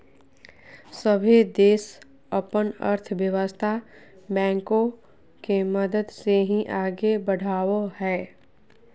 सभे देश अपन अर्थव्यवस्था बैंको के मदद से ही आगे बढ़ावो हय